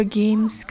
games